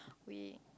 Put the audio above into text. we